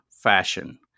fashion